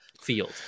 field